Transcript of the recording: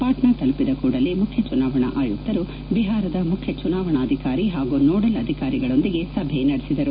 ಪಾಟ್ನ ತಲುಪಿದ ಕೂಡಲೇ ಮುಖ್ಯ ಚುನಾವಣಾ ಆಯುಕ್ತರು ಬಿಹಾರದ ಮುಖ್ಯ ಚುನಾವಣಾಧಿಕಾರಿ ಪಾಗೂ ನೋಡಲ್ ಅಧಿಕಾರಿಗಳೊಂದಿಗೆ ಸಭೆ ನಡೆಸಿದರು